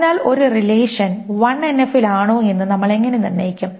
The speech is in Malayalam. അതിനാൽ ഒരു റിലേഷൻ 1NF ൽ ആണോ എന്ന് നമ്മൾ എങ്ങനെ നിർണ്ണയിക്കും